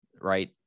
right